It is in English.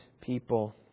people